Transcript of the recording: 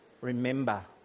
Remember